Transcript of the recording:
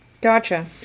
gotcha